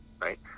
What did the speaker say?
right